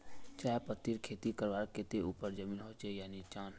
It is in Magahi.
चाय पत्तीर खेती करवार केते ऊपर जमीन होचे या निचान?